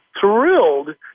thrilled